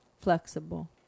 flexible